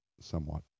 somewhat